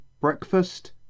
breakfast